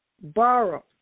borrow